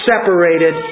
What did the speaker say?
separated